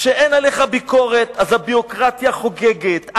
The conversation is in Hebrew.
כשאין עליך ביקורת, הביורוקרטיה חוגגת.